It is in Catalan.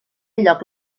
lloc